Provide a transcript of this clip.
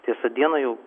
tiesa dieną jau